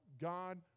God